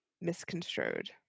misconstrued